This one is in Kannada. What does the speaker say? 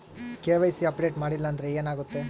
ಕೆ.ವೈ.ಸಿ ಅಪ್ಡೇಟ್ ಮಾಡಿಲ್ಲ ಅಂದ್ರೆ ಏನಾಗುತ್ತೆ?